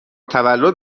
تولد